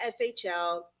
FHL